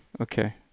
okay